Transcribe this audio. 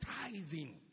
tithing